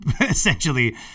essentially